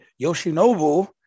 Yoshinobu